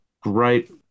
Great